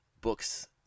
books